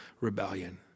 rebellion